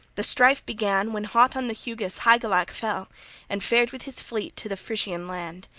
the strife began when hot on the hugas hygelac fell and fared with his fleet to the frisian land.